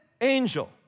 angel